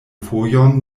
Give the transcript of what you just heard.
fojon